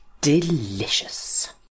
delicious